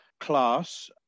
class